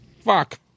fuck